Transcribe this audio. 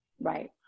Right